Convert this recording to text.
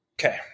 Okay